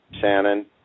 Shannon